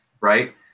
right